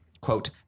quote